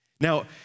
Now